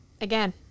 Again